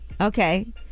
Okay